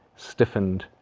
stiffened,